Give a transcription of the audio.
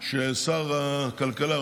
ששר הכלכלה,